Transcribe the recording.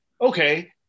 okay